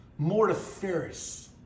Mortiferous